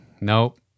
nope